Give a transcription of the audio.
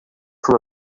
from